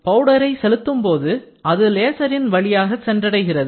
பவுடரை செலுத்தும்போது அது லேசரின் வழியாக சென்றடைகிறது